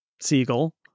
Siegel